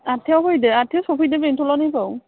आदथायाव फैदो आदथायाव सफैदो बेंटलाव नैबाव